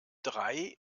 drei